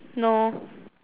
no